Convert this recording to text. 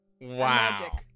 Wow